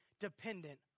dependent